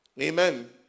Amen